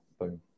boom